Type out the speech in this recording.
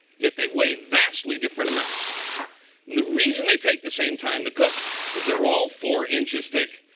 yet they weigh vastly different amounts. and the reason they take the same time to cook is they're all four inches thick.